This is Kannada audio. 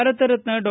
ಭಾರತ ರತ್ನ ಡಾ